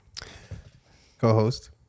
Co-host